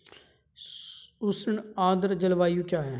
उष्ण आर्द्र जलवायु क्या है?